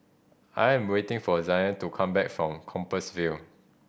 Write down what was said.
I am waiting for Zayne to come back from Compassvale